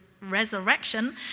resurrection